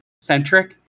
centric